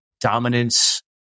dominance